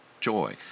joy